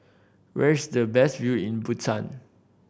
where is the best view in Bhutan